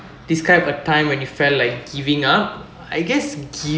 describe a time when you felt like giving up I guess